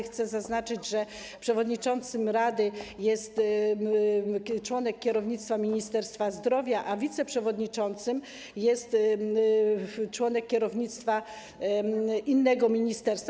Chcę zaznaczyć, że przewodniczącym rady jest członek kierownictwa Ministerstwa Zdrowia, a wiceprzewodniczącym jest członek kierownictwa innego ministerstwa.